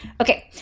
Okay